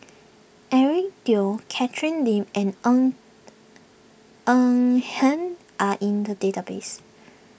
Eric Teo Catherine Lim and Ng Eng Eng Hen are in the database